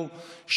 לעת הזאת,